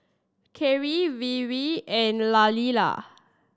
Keri Weaver and Lailah